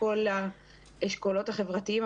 מכל אשכולות החברתיים,